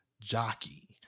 jockey